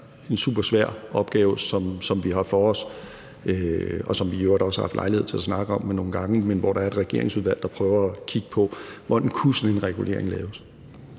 en super svær opgave, som vi har for os, og som vi i øvrigt også har haft lejlighed til at snakke om nogle gange, men hvor der er et regeringsudvalg, der prøver at kigge på, hvordan sådan en regulering kunne